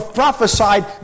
prophesied